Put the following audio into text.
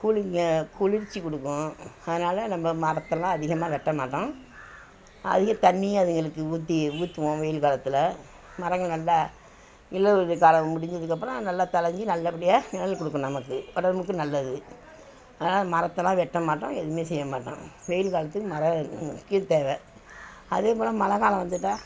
cooling குளிர்ச்சி கொடுக்கும் அதனால நம்ம மரத்தலாம் அதிகமாக வெட்டமாட்டோம் அதிக தண்ணியும் அதுங்களுக்கு ஊற்றி ஊற்றுவோம் வெயில் காலத்தில் மரங்கள் நல்லா இலையுதிர் காலம் முடிஞ்சதுக்கப்புறம் நல்லா தழைஞ்சி நல்லபடியாக நிழல் கொடுக்கும் நமக்கு உடம்புக்கும் நல்லது அதனால மரத்தெலாம் வெட்டமாட்டோம் எதுவுமே செய்யமாட்டோம் வெயில் காலத்துக்கு மரம் முக்கியம் தேவை அதேப்போல் மழை காலம் வந்துட்டால்